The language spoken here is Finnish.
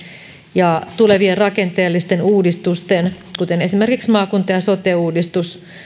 ja tulevien rakenteellisten uudistusten kuten esimerkiksi maakunta ja sote uudistus